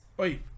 Oi